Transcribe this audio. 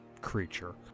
creature